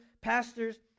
pastors